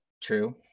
True